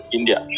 India